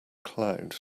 cloud